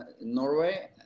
Norway